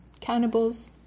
cannibals